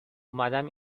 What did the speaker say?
اومدم